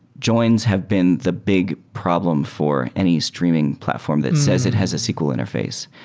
joins have been the big problem for any streaming platform that says it has a sql interface.